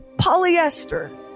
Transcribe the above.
polyester